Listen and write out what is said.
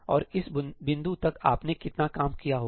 और इस बिंदु तक आपने कितना काम किया होगा